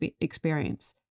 experience